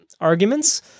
arguments